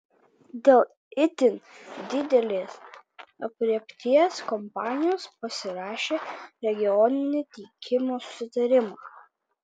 dėl itin didelės aprėpties kompanijos pasirašė regioninį tiekimo susitarimą